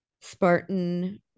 Spartan